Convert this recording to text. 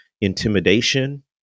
intimidation